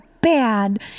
bad